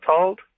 told